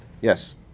Yes